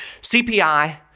CPI